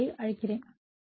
நான் அதை அழிக்கிறேன்